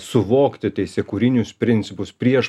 suvokti teisėkūrinius principus prieš